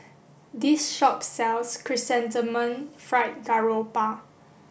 this shop sells chrysanthemum fried garoupa